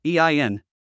EIN